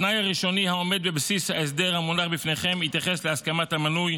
התנאי הראשוני העומד בבסיס ההסדר המונח לפניכם יתייחס להסכמת המנוי